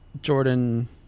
jordan